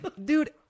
dude